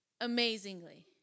amazingly